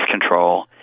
control